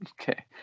Okay